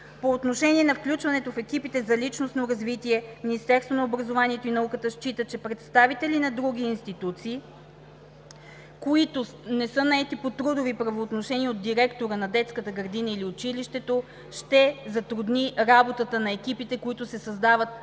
По отношение на включването в екипите за личностно развитие Министерството на образованието и науката счита, че представители на други институции, които не са наети по трудови правоотношения от директора на детската градина или училището, ще затрудни работата на екипите, които се създават в самото